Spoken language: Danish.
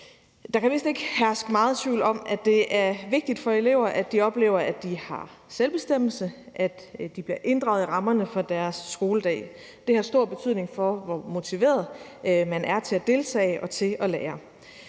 Der kan vist ikke herske megen tvivl om, at det er vigtigt for eleverne, at de oplever, at de har selvbestemmelse, og at de bliver inddraget i rammerne for deres skoledag. Det har stor betydning for, hvor motiveret man er til at deltage og til at lære.